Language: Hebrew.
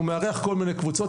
הוא מארח כל מיני קבוצות,